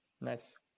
nice